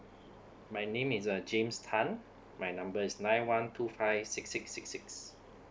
my name is uh james tan my number is nine one two five six six six six